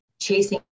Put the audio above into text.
chasing